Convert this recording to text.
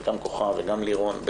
וגם כוכב וגם לירון,